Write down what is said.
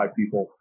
people